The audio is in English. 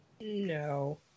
No